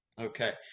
Okay